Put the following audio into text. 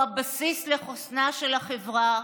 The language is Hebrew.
הוא הבסיס לחוסנה של החברה,